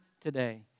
today